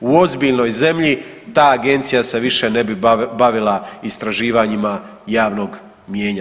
U ozbiljnoj zemlji ta agencija se više ne bi bavila istraživanjima javnog mijenja.